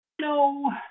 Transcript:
no